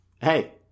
hey